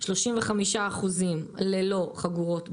36% ללא חגורות בטיחות.